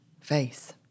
face